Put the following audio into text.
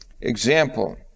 example